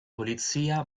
polizia